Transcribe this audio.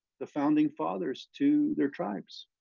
the founding fathers, to their tribes.